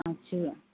اچّھی ہے